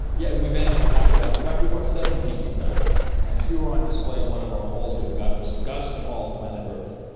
yeah we managed to pack it up. in fact we brought seven pieces back and two are on display in one of our halls here, the gottesman gottesman hall of planet hall.